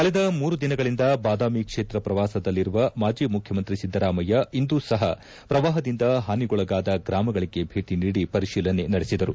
ಕಳೆದ ಮೂರು ದಿನಗಳಿಂದ ಬಾದಾಮಿ ಕ್ಷೇತ್ರ ಪ್ರವಾಸದಲ್ಲಿರುವ ಮಾಜಿ ಮುಖ್ಯಮಂತ್ರಿ ಸಿದ್ದರಾಮಯ್ಯ ಇಂದು ಸಹ ಪ್ರವಾಹದಿಂದ ಹಾನಿಗೊಳಗಾದ ಗ್ರಾಮಗಳಿಗೆ ಭೇಟಿ ನೀಡಿ ಪರಿತೀಲನೆ ನಡೆಸಿದರು